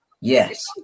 yes